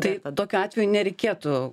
tai tokiu atveju nereikėtų